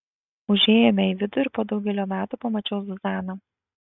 užėjome į vidų ir po daugelio metų pamačiau zuzaną